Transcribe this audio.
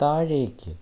താഴേക്ക്